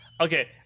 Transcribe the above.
Okay